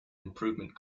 improvement